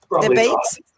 Debates